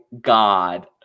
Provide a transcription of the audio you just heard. god